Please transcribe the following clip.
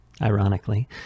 Ironically